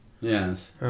Yes